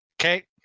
Okay